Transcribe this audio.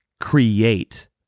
create